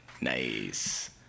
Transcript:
Nice